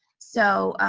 so